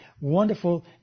wonderful